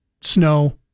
snow